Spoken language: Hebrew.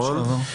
נכון.